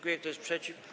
Kto jest przeciw?